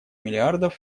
миллиардов